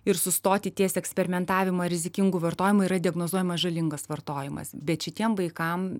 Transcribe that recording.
ir sustoti ties eksperimentavimo rizikingų vartojimų yra diagnozuojamas žalingas vartojimas bet šitiem vaikam